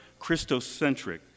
Christocentric